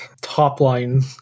top-line